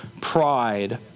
pride